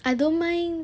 I don't mind